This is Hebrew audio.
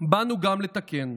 באנו גם לתקן.